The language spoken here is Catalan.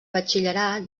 batxillerat